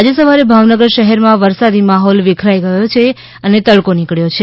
આજે સવારે ભાવનગર શહેરમાં વરસાદી માહોલ વિખેરાઈ ગયો છે અને તડકો નીકબ્યો છે